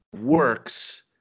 works